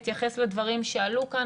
אני אתייחס לדברים שעלו כאן,